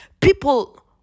people